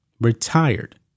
retired